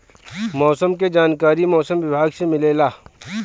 मौसम के जानकारी मौसम विभाग से मिलेला?